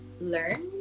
learn